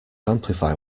amplify